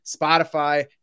Spotify